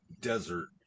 desert